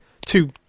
Two